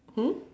hmm